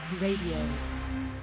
Radio